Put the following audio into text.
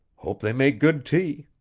hope they make good tea.